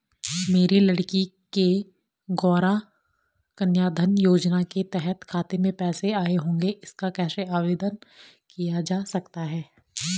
मेरी लड़की के गौंरा कन्याधन योजना के तहत खाते में पैसे आए होंगे इसका कैसे आवेदन किया जा सकता है?